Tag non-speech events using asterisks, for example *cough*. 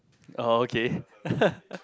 oh okay *laughs*